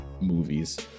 movies